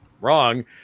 wrong